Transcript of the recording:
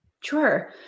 Sure